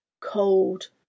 cold